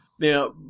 Now